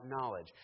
knowledge